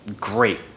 great